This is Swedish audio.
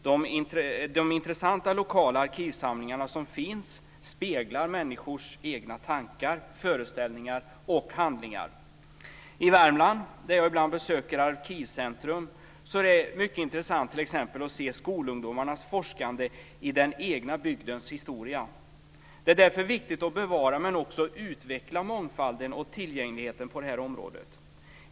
De intressanta lokala arkivsamlingarna som finns speglar människors egna tankar, föreställningar och handlingar. I Värmland, där jag ibland besöker Arkivcentrum, är det mycket intressant att se t.ex. skolungdomarnas forskande i den egna bygdens historia. Det är därför viktigt att bevara men också utveckla mångfalden och tillgängligheten på detta område.